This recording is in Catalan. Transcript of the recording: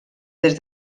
des